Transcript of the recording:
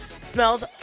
Smells